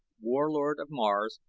warlord of mars,